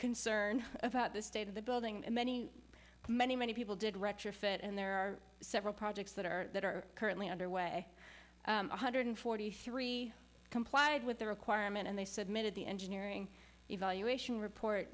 concern about the state of the building and many many many people did retrofit and there are several projects that are that are currently underway one hundred forty three complied with the requirement and they submitted the engineering evaluation report